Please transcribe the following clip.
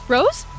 Rose